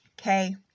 okay